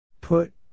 Put